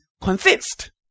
consist